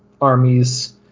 armies